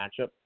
matchup